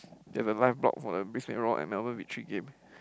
and the live blog for the Brisbane-Roar and Melbourne-Victory game